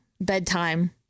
bedtime